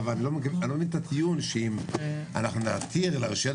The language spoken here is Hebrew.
אני לא מבין את הטיעון שאם אנחנו נתיר לרשויות